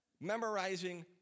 memorizing